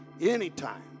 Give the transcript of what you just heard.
anytime